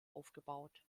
aufgebaut